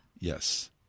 Yes